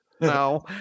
no